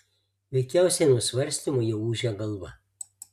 veikiausiai nuo svarstymų jau ūžia galva